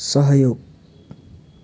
सहयोग